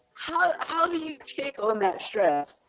how do you take on that stress?